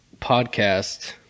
podcast